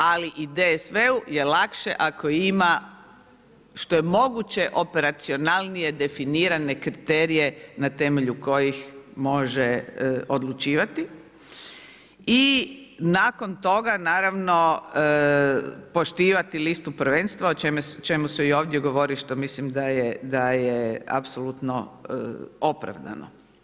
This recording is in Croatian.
Ali i DSV-u je lakše ako ima što je moguće operacionalnije definirane kriterije na temelju koji može odlučivati i nakon toga naravno poštivati listu prvenstva o čemu su i ovdje govorili, mislim da je apsolutno opravdano.